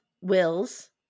Wills